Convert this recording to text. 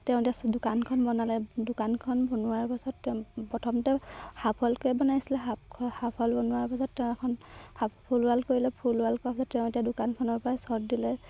তেওঁ এতিয়া দোকানখন বনালে দোকানখন বনোৱাৰ পাছত তেওঁ প্ৰথমতে হাফ উৱালকৈ বনাইছিলে হাফ উৱাল বনোৱাৰ পাছত তেওঁ এখন ফুল ওৱাল কৰিলে ফুল ওৱাল কৰাৰ পাছত তেওঁ এতিয়া দোকানখনৰপৰাই চৰ্ট দিলে